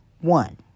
one